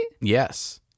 Yes